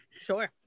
sure